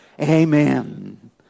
Amen